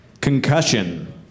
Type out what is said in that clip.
Concussion